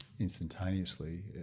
instantaneously